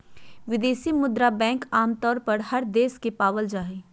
विदेशी मुद्रा बैंक आमतौर पर हर देश में पावल जा हय